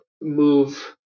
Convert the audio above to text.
move